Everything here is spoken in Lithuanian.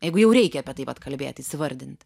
jeigu jau reikia apie tai vat kalbėtis įvardint